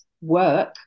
work